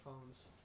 phones